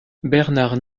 bernard